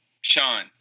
Sean